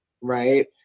right